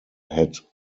had